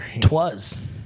Twas